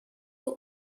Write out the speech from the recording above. you